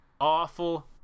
awful